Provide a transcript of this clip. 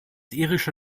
irische